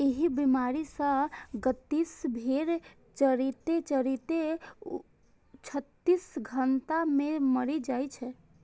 एहि बीमारी सं ग्रसित भेड़ चरिते चरिते छत्तीस घंटा मे मरि जाइ छै